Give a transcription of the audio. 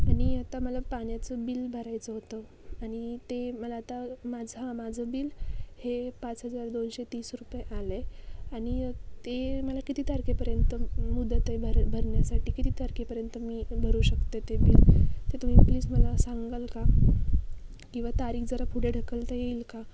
आणि आता मला पाण्याचं बिल भरायचं होतं आणि ते मला आता माझं हा माझं बिल हे पाच हजार दोनशे तीस रुपये आलं आहे आणि ते मला किती तारखेपर्यंत मुदत आहे भर भरण्यासाठी किती तारखेपर्यंत मी भरू शकते ते बिल ते तुम्ही प्लीज मला सांगाल का किंवा तारीख जरा पुढे ढकलता येईल का